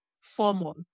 formal